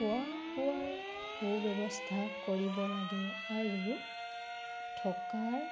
খোৱা বোৱাৰ সু ব্যৱস্থা কৰিব লাগে আৰু থকাৰ